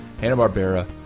Hanna-Barbera